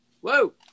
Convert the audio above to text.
Whoa